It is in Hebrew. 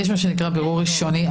יש מה שנקרא "בירור ראשוני".